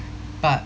but